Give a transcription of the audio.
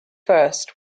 first